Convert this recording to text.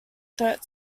threat